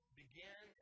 begin